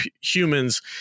humans